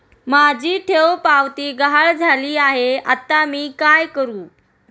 माझी ठेवपावती गहाळ झाली आहे, आता मी काय करु?